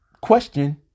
question